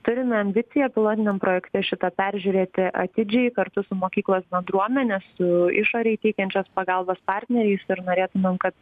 turime ambiciją pilotiniam projekte šitą peržiūrėti atidžiai kartu su mokyklos bendruomene su išorei teikiančios pagalbos partneriais ir norėtumėm kad